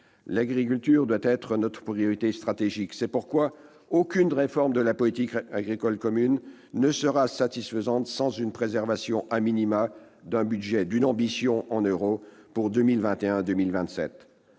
L'agriculture doit être notre priorité stratégique. C'est pourquoi aucune réforme de la politique agricole commune ne sera satisfaisante sans une préservation d'un budget, d'une ambition en euros pour la